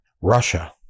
Russia